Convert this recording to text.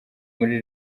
muri